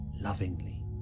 lovingly